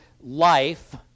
life